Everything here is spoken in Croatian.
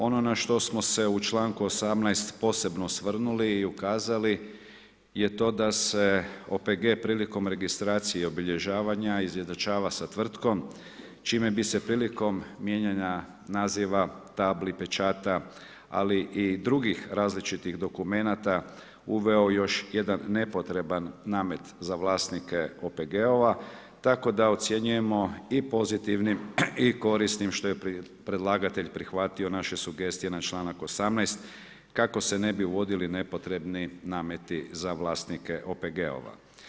Ono na što smo se u čl. 18. posebno osvrnuli i ukazali je to da se OPG prilikom registracije i obilježavanja izjednačava sa tvrtkom, čime bi se prilikom mijenjanja naziva, tabli, pečata, ali i dr. različitih dokumenata uveo još jedan nepotreban namet za vlasnike OPG-ova, tako da ocjenjujemo i pozitivnim i korisnim što je predlagatelj prihvatio naše sugestije na čl. 18, kako se ne bi uvodili nepotrebni nameti za vlasnike OPG-ova.